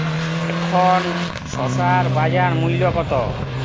এখন শসার বাজার মূল্য কত?